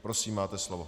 Prosím, máte slovo.